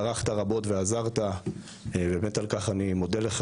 טרחת רבות ועזרת ובאמת על כך אני מודה לך